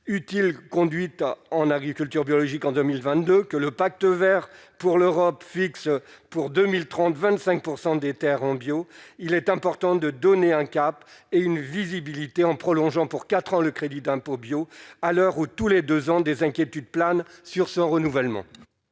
utile conduite à en agriculture biologique en 2022 que le Pacte Vert pour l'Europe fixe pour 2030 25 % des Terres en bio, il est important de donner un cap et une visibilité en prolongeant pour 4 ans, le crédit d'impôt bio à l'heure où tous les 2 ans, des inquiétudes planent sur son renouvellement.